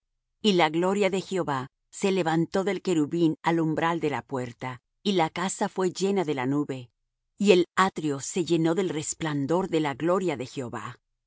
y la gloria de jehová se levantó del querubín al umbral de la puerta y la casa fué llena de la nube y el atrio se llenó del resplandor de la gloria de jehová